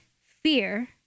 fear